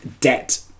debt